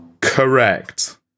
Correct